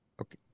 Okay